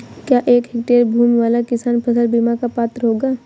क्या एक हेक्टेयर भूमि वाला किसान फसल बीमा का पात्र होगा?